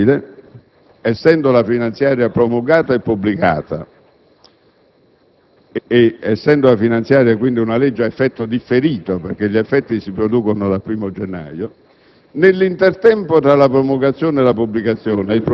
Invece era possibile, essendo la finanziaria promulgata e pubblicata ed essendo la finanziaria stessa una legge a effetto differito, perché gli effetti si producono dal primo gennaio,